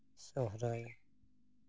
ᱥᱚᱨᱦᱟᱭ